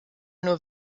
nur